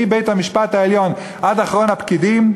מבית-המשפט העליון עד אחרון הפקידים,